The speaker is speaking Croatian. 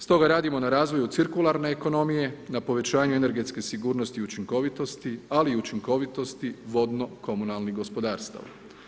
Stoga radimo na razvoju cirkularne ekonomije, na povećanju energetske sigurnosti i učinkovitosti, ali i učinkovitosti vodno komunalnih gospodarstava.